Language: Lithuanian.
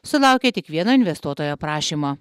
sulaukė tik vieno investuotojo prašymo